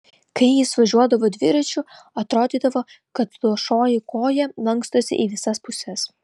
kai jis važiuodavo dviračiu atrodydavo kad luošoji koja lankstosi į visas puses